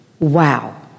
wow